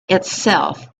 itself